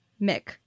Mick